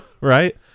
Right